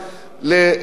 אדוני היושב-ראש,